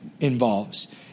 involves